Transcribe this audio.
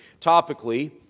topically